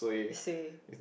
suay